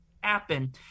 happen